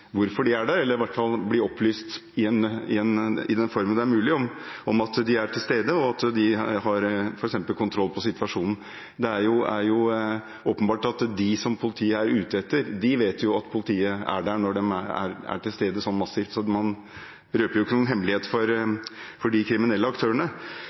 hvorfor politiet er der, eller i hvert fall bli opplyst i den formen det er mulig, om at politiet er til stede, og at de f.eks. har kontroll med situasjonen. Det er jo åpenbart at de som politiet er ute etter, vet at politiet er der når de er til stede så massivt, så man røper ikke noen hemmelighet for de kriminelle aktørene.